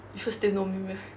people still know me meh